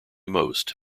most